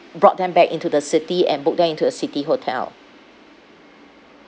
brought them back into the city and book them into a city hotel